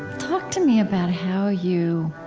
talk to me about how you